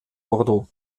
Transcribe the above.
bordeaux